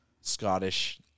Scottish